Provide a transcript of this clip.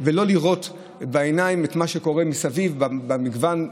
ולא לראות בעיניים את מה שקורה מסביב במגוון,